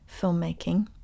filmmaking